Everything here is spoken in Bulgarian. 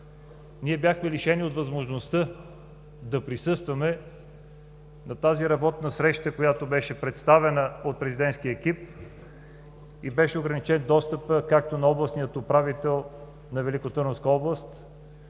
бяхме лишени от възможността да присъстваме на тази работна среща, представена от президентския екип. Беше ограничен достъпът както на областния управител на Великотърновска област,